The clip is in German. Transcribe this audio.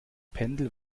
pendel